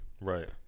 Right